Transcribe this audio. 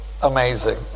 amazing